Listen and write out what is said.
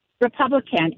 Republican